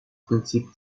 prinzip